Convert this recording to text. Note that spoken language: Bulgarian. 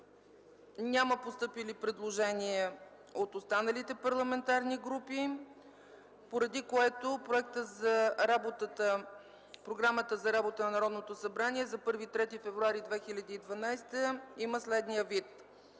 Няма постъпили предложения от останалите парламентарни групи, поради което Програмата за работа на Народното събрание за 1 3 февруари 2012 г. има следния вид: